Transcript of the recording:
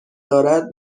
دارد